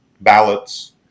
ballots